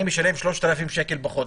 אני משלם 3,000 שקל בחודש.